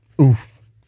Oof